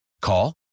Call